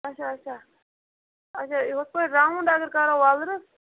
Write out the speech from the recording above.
آچھا آچھا آچھا یہِ ہُتھ پٲٹھۍ راوُنٛڈ اَگر کَرو وۄلرِس